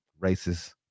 racist